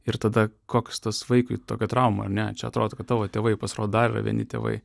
ir tada koks tas vaikui tokią trauma ar ne čia atrodo kad tavo tėvai pasirodo dar yra vieni tėvai